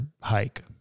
hike